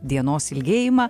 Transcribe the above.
dienos ilgėjimą